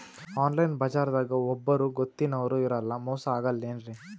Online ಬಜಾರದಾಗ ಒಬ್ಬರೂ ಗೊತ್ತಿನವ್ರು ಇರಲ್ಲ, ಮೋಸ ಅಗಲ್ಲೆನ್ರಿ?